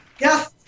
Yes